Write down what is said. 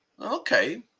Okay